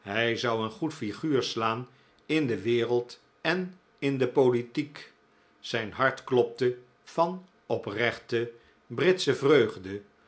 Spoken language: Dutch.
hij zou een goed figuur slaan in de wereld en in de politiek zijn hart klopte van oprechte britsche vreugde